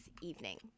evening